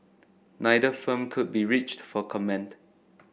neither firm could be reached for comment